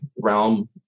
realm